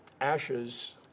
ashes